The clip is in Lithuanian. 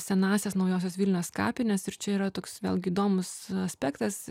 senąsias naujosios vilnios kapines ir čia yra toks vėlgi įdomus aspektas